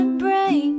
break